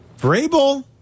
Vrabel